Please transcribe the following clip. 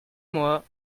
moi